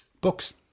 Books